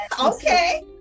Okay